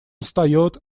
встает